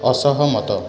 ଅସହମତ